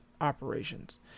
Operations